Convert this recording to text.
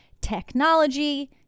Technology